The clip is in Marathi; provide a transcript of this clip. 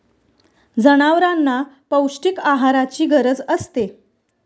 जनावरांना पौष्टिक आहाराची गरज असते